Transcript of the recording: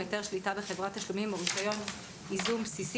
היתר שליטה בחברת תשלומים או רישיון ייזום בסיסי